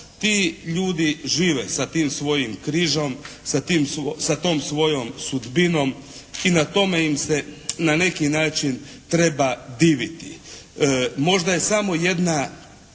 Ti ljudi žive sa tim svojim k rižom, sa tom svojom sudbinom i na tome im se na neki način treba diviti. Možda je samo jedna